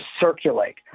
circulate